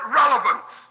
relevance